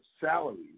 salaries